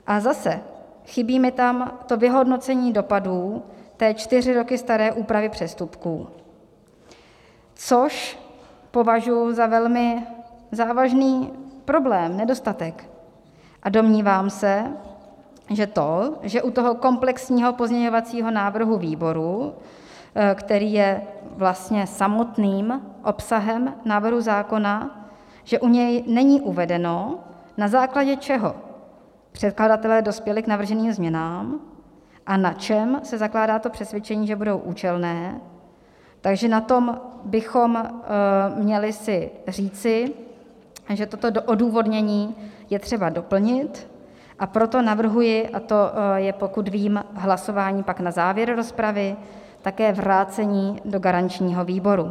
A zase, chybí mi tam vyhodnocení dopadů té čtyři roky staré úpravy přestupků, což považuji za velmi závažný problém, nedostatek, a domnívám se, že to, že u toho komplexního pozměňovacího návrhu výboru, který je vlastně samotným obsahem návrhu zákona, není uvedeno, na základě čeho předkladatelé dospěli k navrženým změnám a na čem se zakládá to přesvědčení, že budou účelné, že na tom bychom měli si říci, že toto odůvodnění je třeba doplnit, a proto navrhuji, a to je, pokud vím, hlasování pak na závěr rozpravy, také vrácení do garančního výboru.